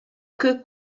queue